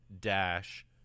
dash